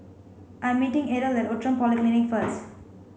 I'm meeting Adele at Outram Polyclinic first